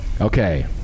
Okay